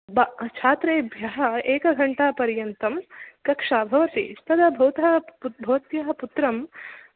ब छात्रेभ्यः एकघण्टापर्यन्तं कक्षा भवति तदा भवतः पुत् भवत्यः पुत्रं